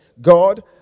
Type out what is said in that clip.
God